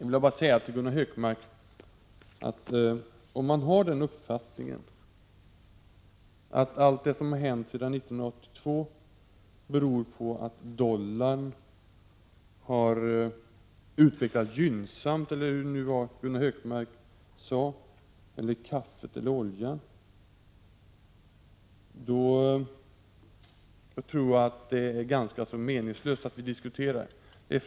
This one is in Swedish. Till Gunnar Hökmark vill jag också säga, att om man har uppfattningen att allt som har hänt sedan 1982 beror på att dollarkursen eller priset på olja och kaffe har utvecklats gynnsamt, så tror jag att det är ganska meningslöst att vi fortsätter diskussionen.